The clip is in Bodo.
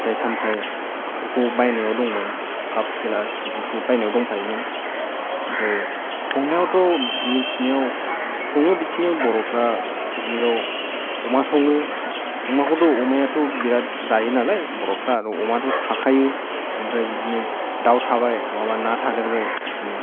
फिथाइ सामथायफोरखौ बायनायाव दंमोन काप गेलास बिदिखौ बायनायाव दंफायोमोन ओमफ्राय संनायावथ' मिनथिनायाव सङो बिदिनो बर'फ्रा पिकनिकआव अमा सङो अमाखौथ' अमायाथ' बिराद जायो नालाय बर'फ्रा आरो अमायाथ' थाखायो ओमफ्राय बिदिनो दाव थाबाय नंयाबा ना थादेरबाय बिदिनो